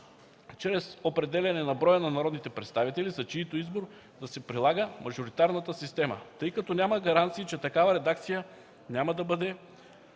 чрез определяне на броя на народните представители, за чийто избор да се прилага мажоритарната система, тъй като няма гаранции, че такава редакция няма да бъде